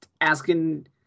Asking